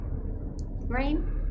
Rain